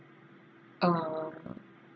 uh